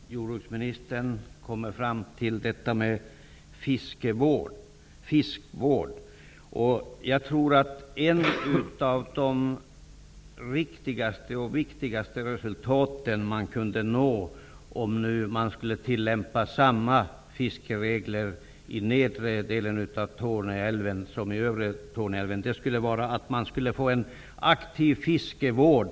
Herr talman! Jordbruksministern kommer fram till frågan om fiskvård. Jag tror att ett av de riktigaste och viktigaste resultat man skulle nå om man tillämpade samma fiskeregler i nedre delen av Torne älv som i övre delen av Torne älv är en aktiv fiskevård.